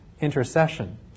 intercession